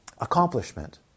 accomplishment